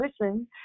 listen